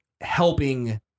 helping